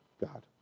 God